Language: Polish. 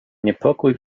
niepokój